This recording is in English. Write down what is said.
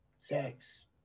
sex